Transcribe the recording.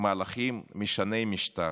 מהלכים משני משטר.